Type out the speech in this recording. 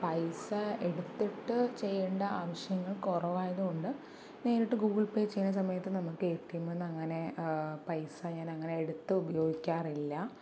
പൈസ എടുത്തിട്ട് ചെയ്യേണ്ട ആവശ്യങ്ങൾ കുറവായതുകൊണ്ട് നേരിട്ട് ഗൂഗിൾ പേ ചെയ്യുന്ന സമയത്ത് നമുക്ക് എ ടി എംമ്മിൽ നിന്ന് അങ്ങനെ പൈസ ഞാനങ്ങനെ എടുത്ത് ഉപയോഗിക്കാറില്ല